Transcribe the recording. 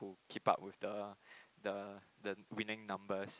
who keep up with the the the winning numbers